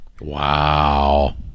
wow